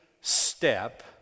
step